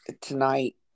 tonight